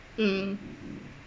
mm